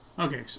Okay